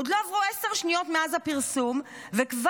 עוד לא עברו עשר שניות מאז הפרסום וכבר